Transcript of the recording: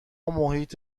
محیط